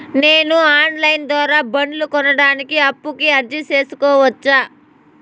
నేను online ద్వారా బండ్లు కొనడానికి అప్పుకి అర్జీ సేసుకోవచ్చా?